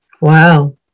Wow